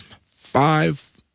five